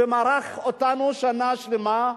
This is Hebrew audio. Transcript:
ומרח אותנו שנה שלמה,